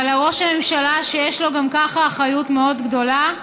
אבל ראש הממשלה, שיש לו גם ככה אחריות מאוד גדולה,